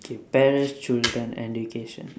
okay parents children education